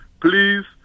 please